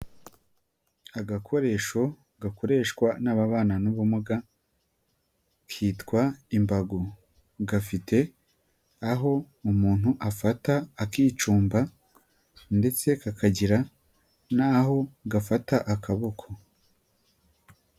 Agakoresho gakoreshwa n'ababana n'ubumuga kitwa imbago, gafite aho umuntu afata akicumba ndetse kakagira n'aho gafata akaboko.